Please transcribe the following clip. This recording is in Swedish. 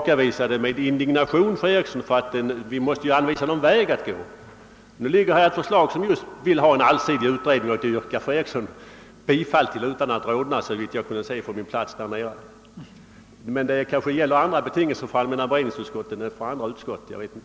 Hon menade då att vi måste anvisa en bestämd väg att gå om förslaget om utredning skulle kunna bifallas. Nu föreligger ett förslag om en allsidig utredning, och det yrkar fru Eriksson bifall till utan att rodna, såvitt jag kunnat se från min plats nere i kammaren. Men kanske gäller helt andra betingelser för allmänna beredningsutskottet än för andra utskott.